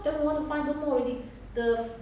几时最近 meh